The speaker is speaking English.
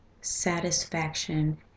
satisfaction